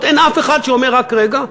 אין אף אחד שאומר: רק רגע?